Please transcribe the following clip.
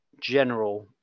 general